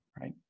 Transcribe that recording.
Right